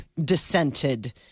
dissented